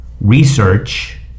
research